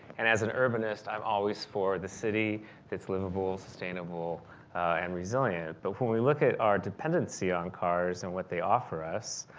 and as an urbanist i'm always for the city that's livable, sustainable and resilient. but when we look at our dependency on cars, and what they offer us.